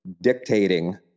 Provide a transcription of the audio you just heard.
dictating